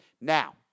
Now